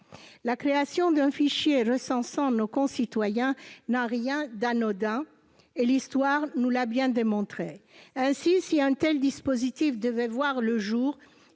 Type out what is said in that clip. La création d'un fichier recensant nos concitoyens n'a rien d'anodin ; l'histoire nous l'a bien démontré. Si un tel dispositif devait voir le jour,